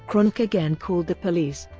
kronk again called the police.